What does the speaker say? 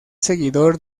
seguidor